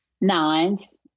nines